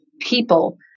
people